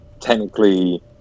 technically